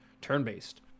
turn-based